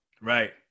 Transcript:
Right